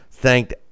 thanked